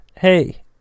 Hey